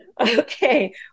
okay